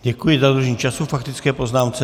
Děkuji za dodržení času k faktické poznámce.